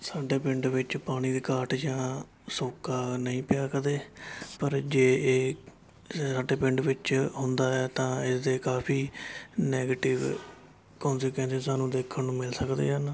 ਸਾਡੇ ਪਿੰਡ ਵਿੱਚ ਪਾਣੀ ਦੀ ਘਾਟ ਜਾਂ ਸੋਕਾ ਨਹੀਂ ਪਿਆ ਕਦੇ ਪਰ ਜੇ ਇਹ ਸਾਡੇ ਪਿੰਡ ਵਿੱਚ ਆਉਂਦਾ ਹੈ ਤਾਂ ਇਸ ਦੇ ਕਾਫ਼ੀ ਨੈਗੀਟਿਵ ਕੋਨਸੀਕਿਉਂਨੈਂਸਿਜ਼ ਸਾਨੂੰ ਦੇਖਣ ਨੂੰ ਮਿਲ ਸਕਦੇ ਹਨ